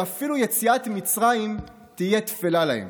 שאפילו יציאת מצרים תהיה טפלה להם.